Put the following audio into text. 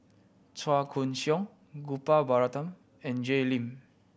Chua Koon Siong Gopal Baratham and Jay Lim